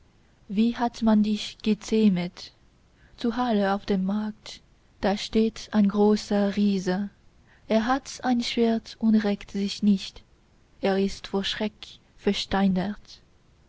wie hat man dich gezähmet zu halle auf dem markt da steht ein großer riese er hat ein schwert und regt sich nicht er ist vor schreck versteinert